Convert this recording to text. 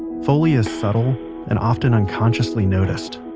foley is subtle and often unconsciously noticed,